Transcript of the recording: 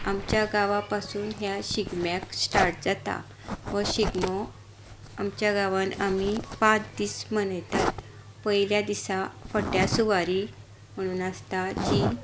आमच्या गांवां पासून ह्या शिगम्याक स्टार्ट जाता हो शिगमो आमच्या गांवान आमी पांच दीस मनयतात पयल्या दिसा फट्या सुवारी म्हणून आसता जी